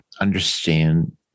understand